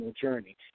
journey